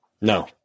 No